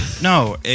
no